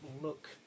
look